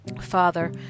Father